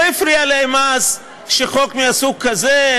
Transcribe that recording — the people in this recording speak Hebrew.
לא הפריע להם אז שחוק מן הסוג הזה,